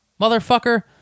Motherfucker